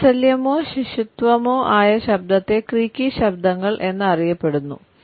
വാത്സല്യമോ ശിശുത്വമോ ആയ ശബ്ദത്തെ ക്രീക്കി ശബ്ദങ്ങൾ എന്നറിയപ്പെടുന്നു